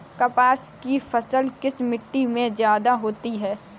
कपास की फसल किस मिट्टी में ज्यादा होता है?